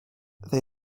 they